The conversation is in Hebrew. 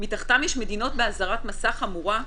מתחת יש מדינות באזהרת מסע חמורה,